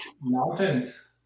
mountains